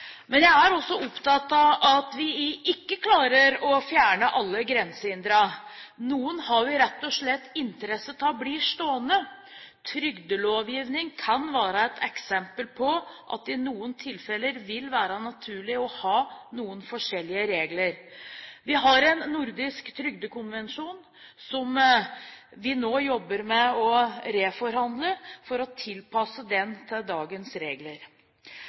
Men jeg er også opptatt av at vi ikke klarer å fjerne alle grensehindre. Noen har vi rett og slett interesse av blir stående. Trygdelovgivning kan være et eksempel på at det i noen tilfeller vil være naturlig å ha noen forskjellige regler. Vi har en nordisk trygdekonvensjon som vi nå jobber med å reforhandle for å tilpasse den til dagens regler.